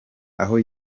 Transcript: aho